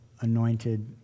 anointed